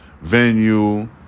venue